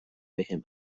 بهم